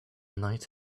night